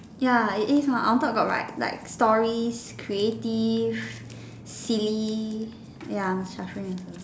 ya it is mah on top got write like stories creative silly ya I am suffering also